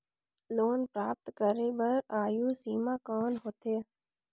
Loan प्राप्त करे बर आयु सीमा कौन होथे?